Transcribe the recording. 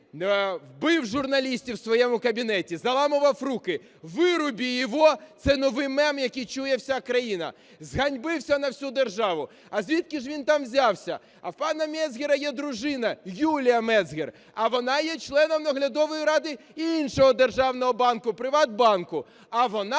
бив журналістів у своєму кабінеті, заламував руки. "Выруби его" – це новий мем, який чує вся країна. Зганьбився на всю державу. А звідки ж він там взявся? А в пана Мецгера є дружина – Юлія Мецгер, а вона є членом наглядової ради іншого державного банку – Приватбанку, а вона,